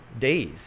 days